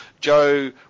Joe